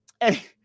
Hey